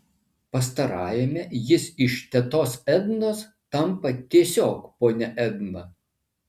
pastarajame jis iš tetos ednos tampa tiesiog ponia edna